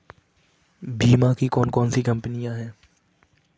बीमा की कौन कौन सी कंपनियाँ हैं?